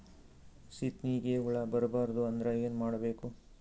ಸೀತ್ನಿಗೆ ಹುಳ ಬರ್ಬಾರ್ದು ಅಂದ್ರ ಏನ್ ಮಾಡಬೇಕು?